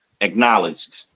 acknowledged